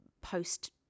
post